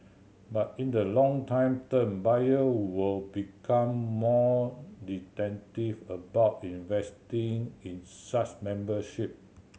but in the longer term buyer will become more about investing in such membership